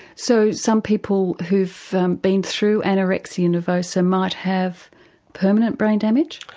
so some people who've been through anorexia nervosa might have permanent brain damage?